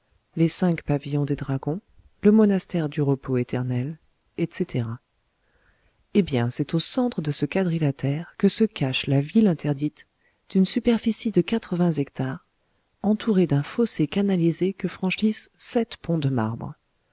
les cinq pavillons des dragons le monastère du repos éternel etc eh bien c'est au centre de ce quadrilatère que se cache la ville interdite d'une superficie de quatre-vingts hectares entourée d'un fossé canalisé que franchissent sept ponts de marbre